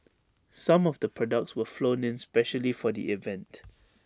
some of the products were flown in specially for the event